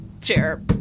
chair